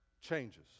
changes